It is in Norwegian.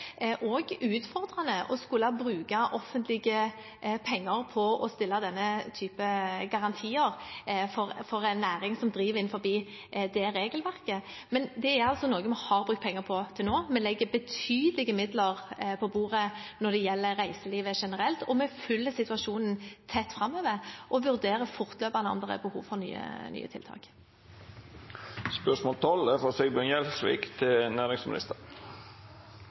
utfordrende å skulle bruke offentlige penger på å stille denne typen garantier for en næring som driver innenfor det regelverket. Men det er altså noe vi har brukt penger på til nå. Vi legger betydelige midler på bordet når det gjelder reiselivet generelt, og vi følger situasjonen tett framover og vurderer fortløpende om det er behov for nye tiltak.